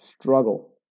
struggle